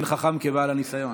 אין חכם כבעל ניסיון.